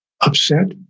upset